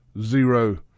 zero